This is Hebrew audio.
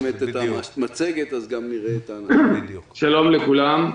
שלום לכולם.